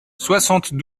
soixante